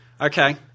Okay